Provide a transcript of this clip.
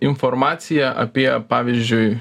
informacija apie pavyzdžiui